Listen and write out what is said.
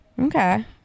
Okay